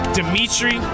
Dimitri